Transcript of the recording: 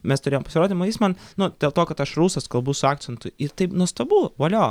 mes turėjom pasirodymą o jis man nu dėl to kad aš rusas kalbu su akcentu ir taip nuostabu valio